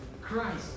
Christ